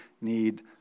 need